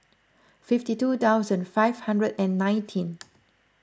fifty two thousand five hundred and nineteen